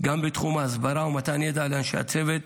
גם בתחום ההסברה ובמתן ידע לאנשי צוות